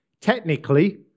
Technically